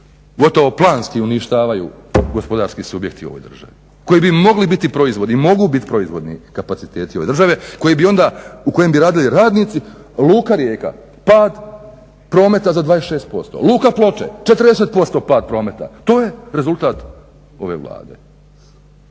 gotovo planski uništavaju gospodarski subjekti u ovoj državi koji bi mogli biti proizvod i mogu biti proizvodni kapaciteti ove države koji bi onda, u kojem bi radili radnici. Luka Rijeka, pad prometa za 26%, Luka Ploče 40% pad prometa. To je rezultat ove Vlade.